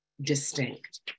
distinct